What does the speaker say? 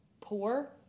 poor